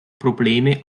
probleme